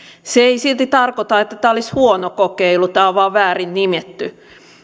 se ei silti tarkoita että tämä olisi huono kokeilu tämä on vain väärin nimetty